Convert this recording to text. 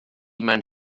mewn